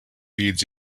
feeds